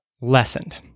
lessened